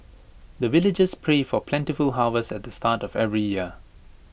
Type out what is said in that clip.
the villagers pray for plentiful harvest at the start of every year